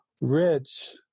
Rich